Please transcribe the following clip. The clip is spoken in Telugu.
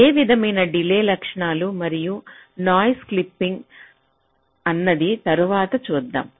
ఏ విధమైన డిలే లక్షణాలు మరియు నాయిస్ కప్లింగ్ అన్నది తరువాత చూద్దాము